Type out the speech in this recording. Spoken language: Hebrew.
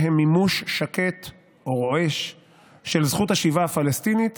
שהם מימוש שקט או רועש של זכות השיבה הפלסטינית